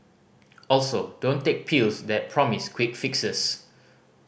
also don't take pills that promise quick fixes